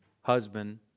husband